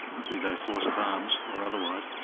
be they force of arms or otherwise,